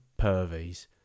pervies